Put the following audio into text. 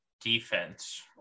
defense